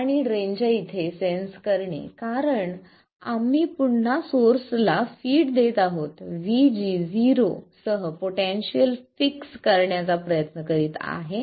आणि ड्रेन च्या इथे सेंन्स करणे कारण आम्ही पुन्हा सोर्सला फिड देत आहोत VG0 सह पोटेन्शियल फिक्स करण्याचा प्रयत्न करीत आहे